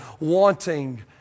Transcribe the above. wanting